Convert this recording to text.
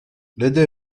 لدى